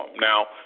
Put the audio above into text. Now